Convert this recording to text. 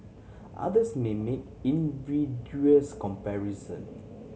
others may make invidious comparison